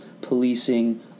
policing